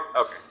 okay